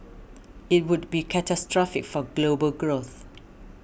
it would be catastrophic for global growth